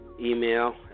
Email